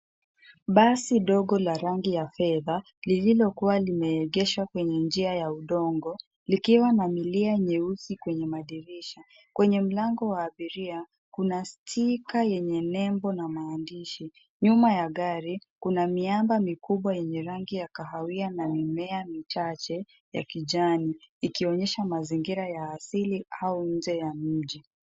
Basi ndogo la rangi ya fedha lililokuwa limeegeshwa kwenye njia ya udongo likiwa na milia nyeusi kwenye dirisha. Kwenye mlango wa abiria, kuna stiker yenye nembo na maandishi. Nyuma ya gari, kuna miamba mikubwa yenye rangi ya kahawia na mimea michache ya kijani ikionyesha mazingira ya asili au nje ya mji.